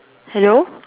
hello